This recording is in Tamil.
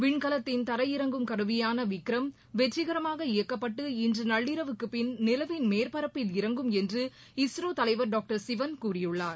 விண்கலத்தின் தரையிறங்கும் கருவியான விக்ரம் வெற்றிகரமாக இயக்கப்பட்டு இன்று நள்ளிரவுக்கு பின் நிலவின் மேற்பரப்பில் இறங்கும் என்று இஸ்ரோ தலைவர் டாக்டர் சிவன் கூறியுள்ளார்